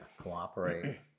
cooperate